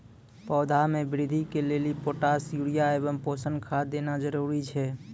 पौधा मे बृद्धि के लेली पोटास यूरिया एवं पोषण खाद देना जरूरी छै?